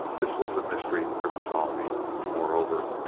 this was a mystery worth solving. moreover,